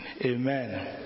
amen